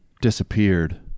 disappeared